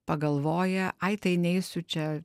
pagalvoja ai tai neisiu čia